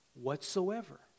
whatsoever